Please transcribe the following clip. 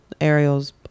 Ariel's